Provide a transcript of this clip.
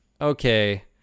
okay